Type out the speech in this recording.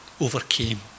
overcame